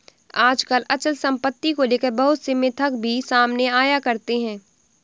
आजकल अचल सम्पत्ति को लेकर बहुत से मिथक भी सामने आया करते हैं